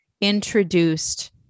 introduced